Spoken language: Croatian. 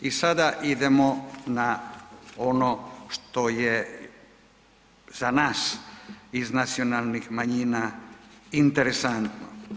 I sada idemo na ono što je za nas iz nacionalnih manjina interesantno.